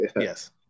Yes